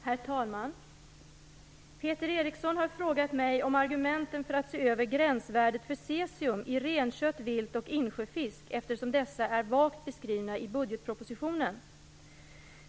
Herr talman! Peter Eriksson har frågat mig om argumenten för att se över gränsvärdet för cesium i renkött, vilt och insjöfisk, eftersom dessa är vagt beskrivna i budgetpropositionen.